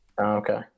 Okay